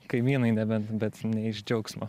kaimynai nebent bet ne iš džiaugsmo